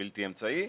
בלתי אמצעי.